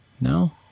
No